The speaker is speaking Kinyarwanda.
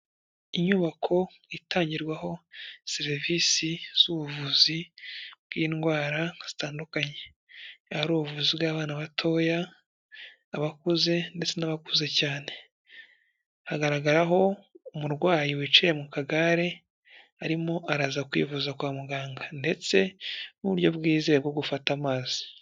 Inyubako itangirwaho serivisi z'ubuvuzi bw'indwara zitandukanye, ari ubuvuzi bw'abana batoya, abakuze ndetse n'abakuze cyane, hagaragaraho umurwayi wicaye mu kagare, arimo araza kwivuza kwa muganga ndetse n'uburyo bwizewe bwo gufata amazi.